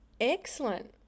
Excellent